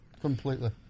Completely